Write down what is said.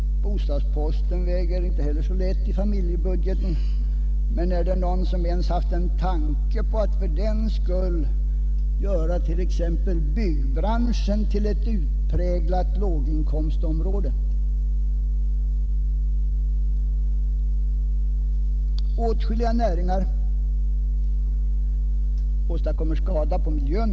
Bostadsposten väger inte heller så lätt i familjebudgeten, men finns det någon som ens haft en tanke på att fördenskull göra t.ex. byggbranschen till ett utpräglat låginkomstområde? Åtskilliga näringar åstadkommer skada på miljön.